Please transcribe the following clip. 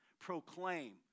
proclaim